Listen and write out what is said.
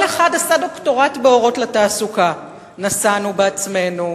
עשה דוקטורט ב"אורות לתעסוקה"; נסענו בעצמנו,